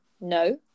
No